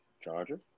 Charger